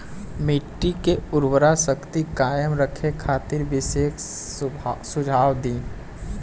मिट्टी के उर्वरा शक्ति कायम रखे खातिर विशेष सुझाव दी?